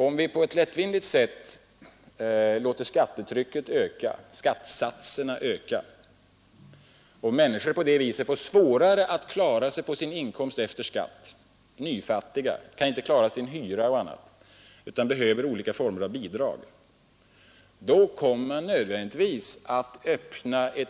Om vi på ett lättvindigt sätt låter skattesatserna öka så att människorna får svårare att klara sig på sin inkomst efter skatt — nyfattiga, som inte kan klara sin hyra t.ex. utan behöver olika former av bidrag, kommer man nödvändigtvis att